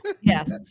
Yes